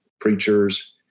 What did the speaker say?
preachers